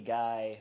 guy